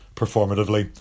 performatively